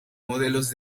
modelos